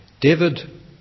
David